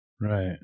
right